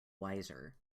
wiser